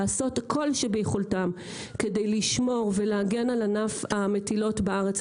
לעשות כל שביכולתם כדי לשמור ולהגן על ענף המטילות בארץ,